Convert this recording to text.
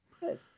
Good